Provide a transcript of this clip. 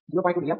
06 mA 1